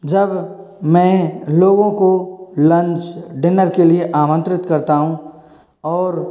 जब मैं लोगों को लंच डिनर के लिए आमंत्रित करता हूँ और